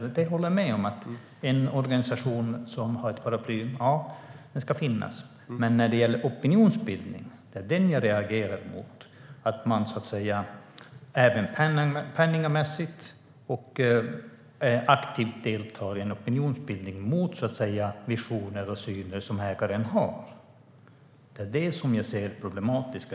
Jag håller med om att det ska finnas en organisation som har ett paraply, men det är opinionsbildningen jag reagerar mot - att man penningmässigt och aktivt deltar i en opinionsbildning mot visioner och syner som ägaren har. Det är det jag ser som problematiskt.